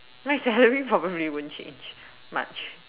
my salary probably won't change much